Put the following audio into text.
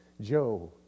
Joe